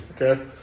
okay